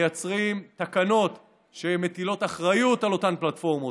מייצרים תקנות שמטילות אחריות על אותן פלטפורמות.